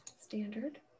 Standard